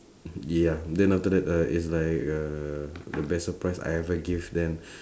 ya then after that uh is like uh the best surprise I ever give them